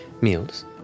meals